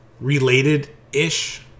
Related-ish